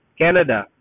Canada